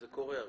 זה קורה.